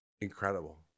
incredible